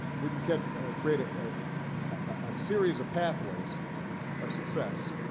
we can can create ah a ah series of pathways of success.